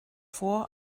vor